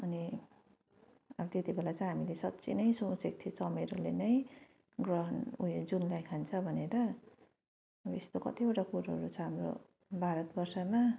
अनि अब त्यति बेला चाहिँ हामीले साँच्चै नै सोचेको थिएँ चमरेले नै ग्रहण उयो जूनलाई खान्छ भनेर अब यस्तो कतिवटा कुरोहरू छ हाम्रो भारतवर्षमा